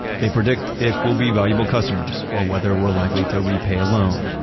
they predict if we'll be valuable customers or whether we're likely to repay a loan.